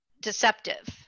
deceptive